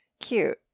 cute